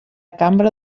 cambra